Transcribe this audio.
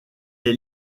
est